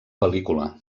pel·lícula